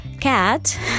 cat